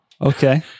Okay